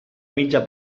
mitja